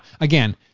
again